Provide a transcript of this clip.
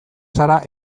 zara